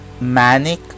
manic